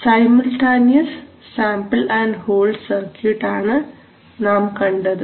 simultaneous sample and hold circuit ആണ് നാം കണ്ടത്